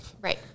Right